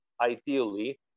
ideally